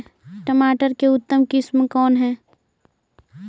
टमाटर के उतम किस्म कौन है?